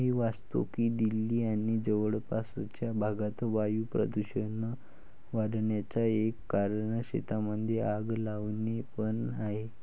मी वाचतो की दिल्ली आणि जवळपासच्या भागात वायू प्रदूषण वाढन्याचा एक कारण शेतांमध्ये आग लावणे पण आहे